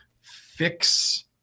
fix